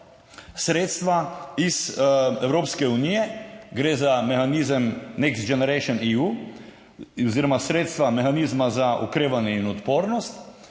sredstva iz Evropske unije, gre za mehanizem NextGenerationEU oziroma sredstva Mehanizma za okrevanje in odpornost,